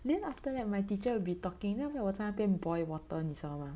then after that my teacher will be talking 那边 then 我在那边 boil water 你知道吧